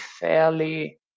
fairly